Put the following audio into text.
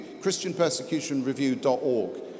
christianpersecutionreview.org